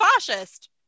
fascist